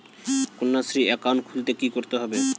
Kanyashree account খুলতে কী করতে হবে?